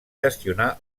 gestionar